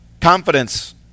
Confidence